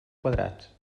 quadrats